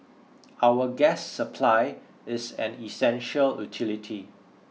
our gas supply is an essential utility